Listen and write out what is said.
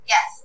Yes